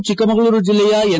ಅವರು ಚಿಕ್ಕಮಗಳೂರು ಜಿಲ್ಲೆಯ ಎನ್